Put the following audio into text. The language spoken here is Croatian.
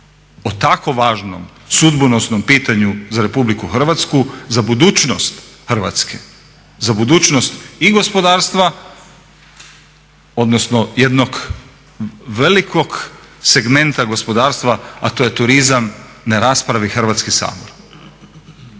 o tako važnom, sudbonosnom pitanju za RH za budućnost Hrvatske, za budućnost i gospodarstva odnosno jednog velikog segmenta gospodarstva a to je turizam ne raspravi Hrvatski sabor.